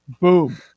Boom